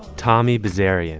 tommy bezerra. yeah